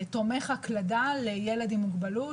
תומך הקלדה לילד עם מוגבלות,